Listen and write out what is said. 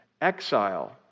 exile